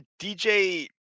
DJ